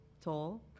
tall